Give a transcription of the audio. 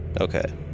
Okay